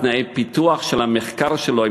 תנאי פיתוח של המחקר שלו.